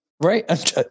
Right